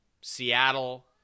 Seattle